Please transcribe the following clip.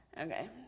Okay